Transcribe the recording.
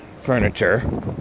furniture